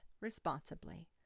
responsibly